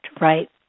right